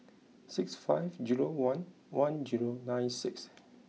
six five zero one one zero nine six